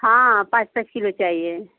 हाँ पाँच पाँच किलो चाहिए